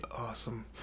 awesome